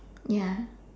ya